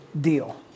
deal